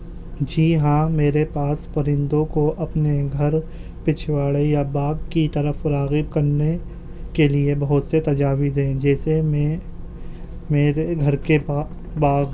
جی ہاں میرے پاس پرندوں کو اپنے گھر پچھواڑے یا باغ کی طرف راغب کرنے کے لئے بہت سے تجاویزیں ہیں جیسے میں میرے گھر کے باغ